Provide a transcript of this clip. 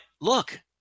look